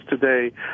today